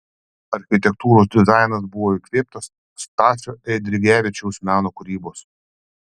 architektūros dizainas buvo įkvėptas stasio eidrigevičiaus meno kūrybos